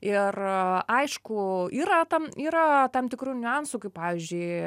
ir aišku yra tam yra tam tikrų niuansų kaip pavyzdžiui